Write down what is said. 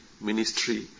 ministry